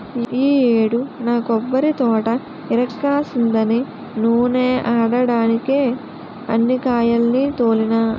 ఈ యేడు నా కొబ్బరితోట ఇరక్కాసిందని నూనే ఆడడ్డానికే అన్ని కాయాల్ని తోలినా